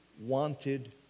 wanted